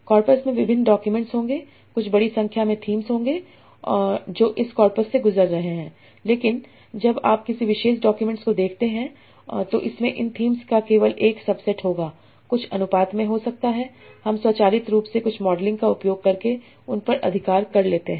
corpus में विभिन्न documents होंगे कुछ बड़ी संख्या में थीम्स होंगे जो इस कॉर्पस से गुजर रहे हैं लेकिन जब आप किसी विशेष डॉक्यूमेंट्स को देखते हैं तो इसमें इन थीम्स का केवल एक सबसेट होगा कुछ अनुपात में हो सकता है हम स्वचालित रूप से कुछ मॉडलिंग का उपयोग करके उन पर अधिकार कर लेते हैं